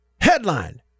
Headline